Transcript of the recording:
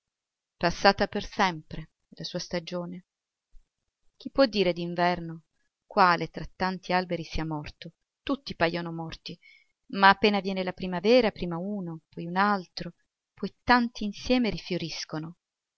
passata per sempre la sua stagione chi può dire d'inverno quale tra tanti alberi sia morto tutti pajono morti ma appena viene la primavera prima uno poi un altro poi tanti insieme rifioriscono